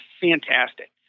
fantastic